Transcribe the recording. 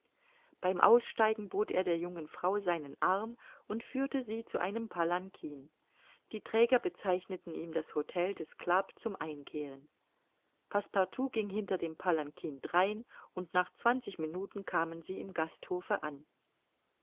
beim aussteigen bot er der jungen frau seinen arm und führte sie zu einem palankin die träger bezeichneten ihm das htel des club zum einkehren passepartout ging hinter dem palankin drein und nach zwanzig minuten kamen sie im gasthofe an